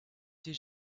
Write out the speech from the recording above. did